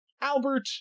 Albert